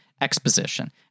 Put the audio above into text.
exposition